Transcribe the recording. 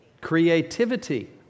Creativity